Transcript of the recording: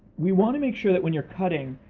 we want to make sure that when you're cutting,